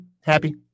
happy